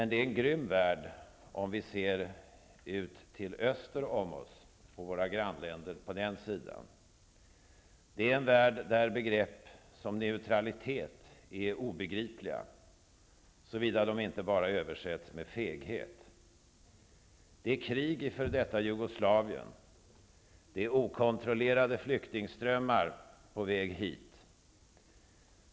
Det är en grym värld om vi ser på våra grannländer öster om oss. Det är en värld där begreppet neutralitet är obegripligt, såvida det inte bara översätts med feghet. Det är krig i f.d. Jugoslavien, det är okontrollerade flyktingströmmar på väg hit.